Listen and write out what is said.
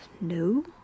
no